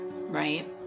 right